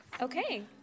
Okay